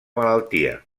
malaltia